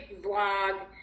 vlog